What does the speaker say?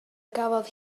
gafodd